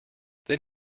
then